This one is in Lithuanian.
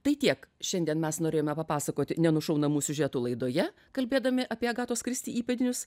tai tiek šiandien mes norėjome papasakoti nenušaunamų siužetų laidoje kalbėdami apie agatos kristi įpėdinius